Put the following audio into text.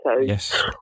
yes